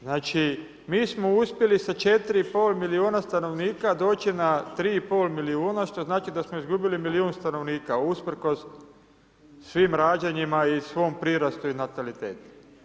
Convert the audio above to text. Znači, mi smo uspjeli sa 4,5 milijuna stanovnika doći na 3,5 milijuna, što znači da smo izgubili milijun stanovnika usprkos svim rađanima i svom prirastu i natalitetu.